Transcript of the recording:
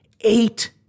eight